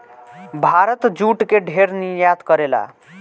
Bharat jute के ढेर निर्यात करेला